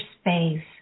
space